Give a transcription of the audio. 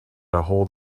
ahold